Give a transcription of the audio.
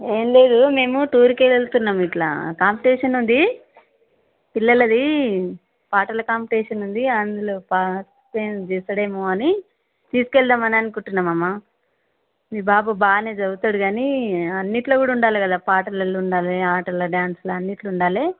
ఏమి లేదు మేము టూర్కి వెళ్తున్నాం ఇట్లా కాంపిటీషన్ ఉంది పిల్లలు అది పాటల కాంపిటీషన్ ఉంది అందులో పార్టిసిపేషన్ చేస్తాడు ఏమో అని తీసుకు వెళ్దాం అని అనుకుంటున్నాం అమ్మ మీ బాబు బాగా చదువుతాడు కానీ అన్నింటిలో కూడా ఉండాలి కదా పాటలలో ఉండాలి ఆటలలో డాన్స్లో అన్నింటిలో ఉండాలి